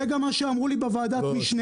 זה גם מה שאמרו לי בוועדת המשנה,